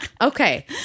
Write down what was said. Okay